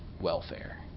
welfare